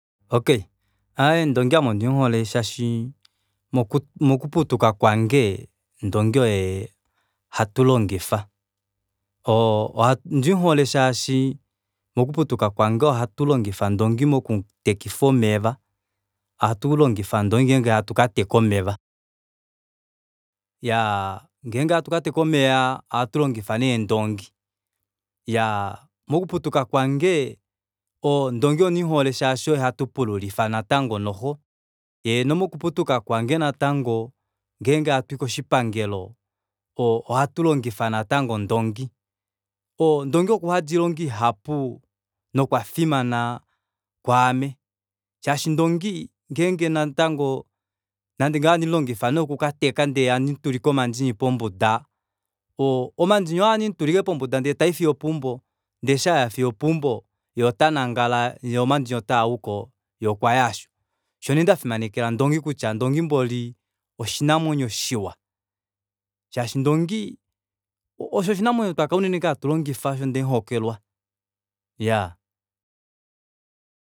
Okey aaye ndoongi ame ondimuhole shaashi moku mokuputuka kwange ndoongi oye hatulongifa oo oha ondimuhole shaashi mokuputuka kwange ohatu longifa ndoongi moku mutekifa omeva ohatulongifa ndoongi ngeenge hatu kateka omeva iyaa ngeenge hatu kateka omeva ohatulongifa nee ndongi. Iyaa mokuputuka kwange oo ndongi ondimuhole shaashi oye hatu pululifa natango noxo eenomo kuputuka kwange natango ngeenge hatui koshipangelo ohatu longifa natango ndongi oo ndongi okuyandi oilonga ihapu nokwafimana kwaame shashi ndoongi nande ngeenge natango nande nee ohandi mulongifa nane oku kateka ndee handimutulike omandini pombuda oo omandini oo ohandi mutulike aike pombuda ndee tai fiyo opeumbo yee eshi aya fiyo opeumbo yee otangangala yee omandini otaauko yee okwaya aasho osho nee ndafimanekela ndoongi kutya ndongi mboli oshinamwenyo shiwa shaashi ndoongi osho oshinamwenyo twakala unene hatu longifa shoo osho ndemuhokelwa iyaa